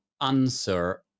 answer